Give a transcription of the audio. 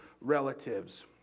relatives